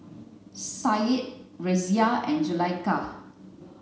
Syed Raisya and Zulaikha